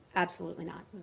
absolutely not.